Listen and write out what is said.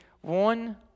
one